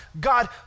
God